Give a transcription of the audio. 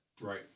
Right